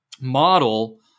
model